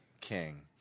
king